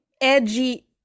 edgy